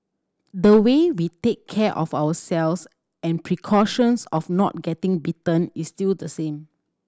the way we take care of ourselves and precautions of not getting bitten is still the same